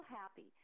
happy